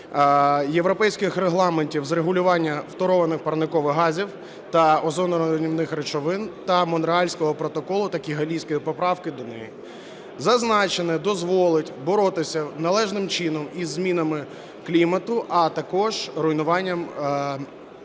європейських регламентів з регулювання фторованих парникових газів та озоноруйнівних речовин та Монреальського протоколу, та Кігалійської поправки до нього. Зазначене дозволить боротися належним чином із змінами клімату, а також руйнуванням озонового